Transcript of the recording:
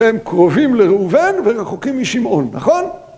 הם קרובים לראובן ורחוקים משמעון, נכון?